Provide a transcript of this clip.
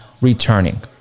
returning